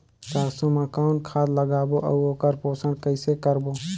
सरसो मा कौन खाद लगाबो अउ ओकर पोषण कइसे करबो?